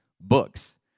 books